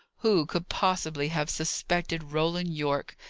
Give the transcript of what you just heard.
who could possibly have suspected roland yorke!